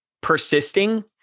persisting